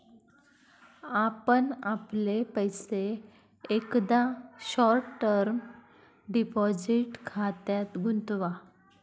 आपण आपले पैसे एकदा शॉर्ट टर्म डिपॉझिट खात्यात गुंतवा